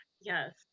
Yes